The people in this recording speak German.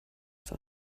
zur